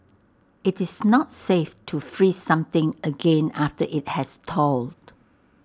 IT is not safe to freeze something again after IT has thawed